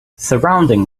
surrounding